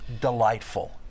delightful